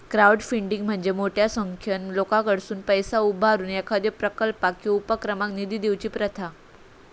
crowdfunding म्हणजे मोठ्यो संख्येन लोकांकडसुन पैसा उभारून एखाद्यो प्रकल्पाक किंवा उपक्रमाक निधी देऊची प्रथा